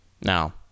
Now